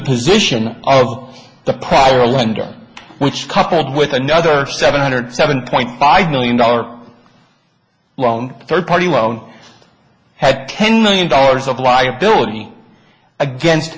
position of the prior lender which coupled with another seven hundred seven point five million dollars loan third party loan had ten million dollars of liability against